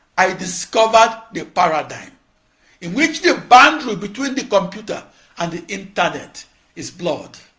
i discovered the paradigm in which the boundary between the computer and the internet is blurred.